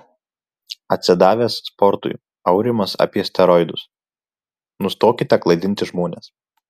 atsidavęs sportui aurimas apie steroidus nustokite klaidinti žmones